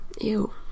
Ew